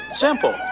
simple!